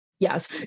Yes